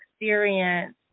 experience